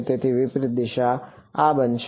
તેથી વિપરીત દિશા આ બનશે